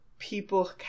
people